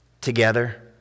together